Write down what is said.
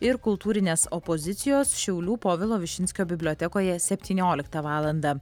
ir kultūrinės opozicijos šiaulių povilo višinskio bibliotekoje septynioliktą valandą